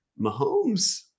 Mahomes